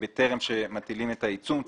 בטרם מטילים את העיצום,